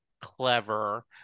clever